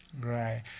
Right